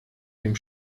dem